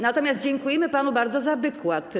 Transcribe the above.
Natomiast dziękujemy panu bardzo za wykład.